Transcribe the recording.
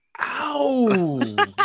Ow